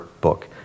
book